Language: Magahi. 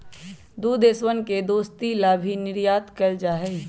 दु देशवन के दोस्ती ला भी निर्यात कइल जाहई